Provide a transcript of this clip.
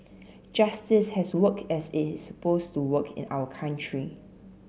justice has worked as it's supposed to work in our country